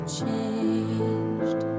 changed